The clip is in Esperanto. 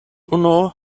unu